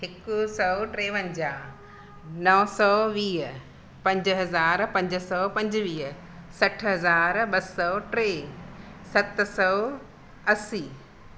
हिक सौ टेवंजाह नौ सौ वीह पंज हज़ार पंज सौ पंजवीह सठ हज़ार ॿ सौ टे सत सौ असी